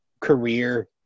career